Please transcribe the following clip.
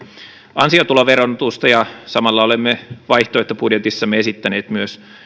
ansiotuloverotusta ja samalla olemme vaihtoehtobudjetissamme esittäneet myös